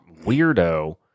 weirdo